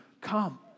come